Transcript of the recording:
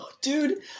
Dude